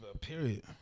Period